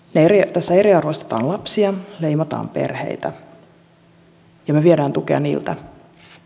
tässä eriarvoistetaan lapsia leimataan perheitä ja me viemme tukea niiltä